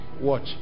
watch